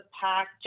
pack